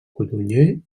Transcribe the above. codonyer